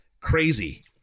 crazy